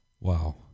Wow